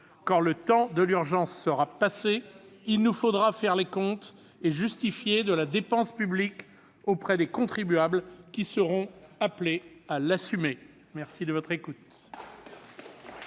Quand le temps de l'urgence sera passé, il nous faudra faire les comptes ... Oui !... et justifier la dépense publique auprès des contribuables qui seront appelés à l'assumer ! Très bien